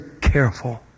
careful